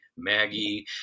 Maggie